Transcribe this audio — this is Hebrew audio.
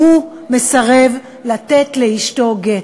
והוא מסרב לתת לאשתו גט.